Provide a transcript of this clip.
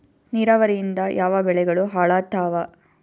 ನಿರಾವರಿಯಿಂದ ಯಾವ ಬೆಳೆಗಳು ಹಾಳಾತ್ತಾವ?